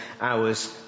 hours